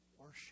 worship